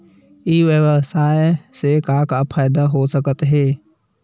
ई व्यवसाय से का का फ़ायदा हो सकत हे?